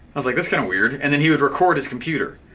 i was like that's kind of weird. and then he would record his computer.